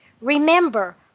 Remember